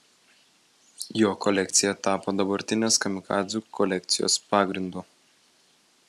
jo kolekcija tapo dabartinės kamikadzių kolekcijos pagrindu